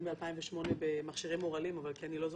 ב-2008 במכשירי --- כי אני לא זוכרת,